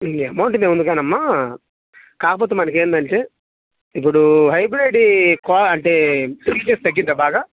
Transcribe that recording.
అమౌంట్ది ఏమున్నది కానీ అమ్మ కాకపోతే మనకి ఏమిటి అంటే ఇప్పుడు హైబ్రిడ్వి అంటే ఫీచర్స్ తగ్గుతుందా బాగా